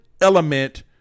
element